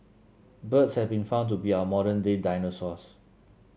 birds have been found to be our modern day dinosaurs